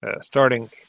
Starting